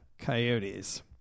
Coyotes